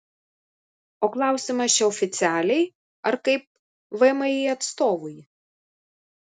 o klausimas čia oficialiai ar kaip vmi atstovui